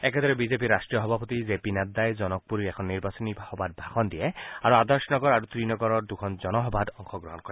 একেদৰে বিজেপিৰ ৰাষ্ট্ৰীয় সভাপতি জে পি নাড্ডাই জনকপুৰীৰ এখন নিৰ্বাচনী সভাত ভাষণ দিয়ে আৰু আদৰ্শনগৰ আৰু ত্ৰিনগৰৰ দুখন জনসভাত অংশগ্ৰহণ কৰে